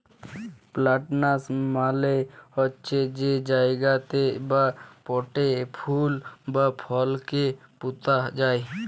planters মালে হছে যে জায়গাতে বা পটে ফুল বা ফলকে পুঁতা যায়